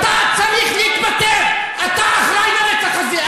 אתה צריך להתפטר, אתה אחראי לרצח הזה.